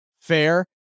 fair